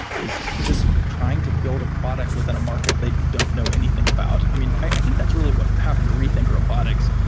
is just trying to build a product within a market they don't know anything about. i mean, i think that's really what happened at rethink robotics,